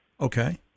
Okay